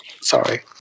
Sorry